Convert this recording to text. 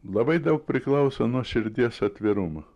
labai daug priklauso nuo širdies atvirumo